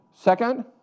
Second